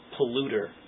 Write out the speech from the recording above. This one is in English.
polluter